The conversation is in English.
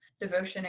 devotion